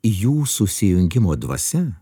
jų susijungimo dvasia